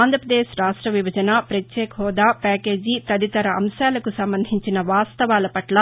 ఆంధ్రపదేశ్ రాష్ట విభజన ప్రత్యేక హోదా ప్యాకేజీ తదితర అంశాలకు సంబంధించిన వాస్తవాల పట్ల